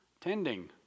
Tending